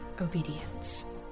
obedience